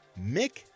Mick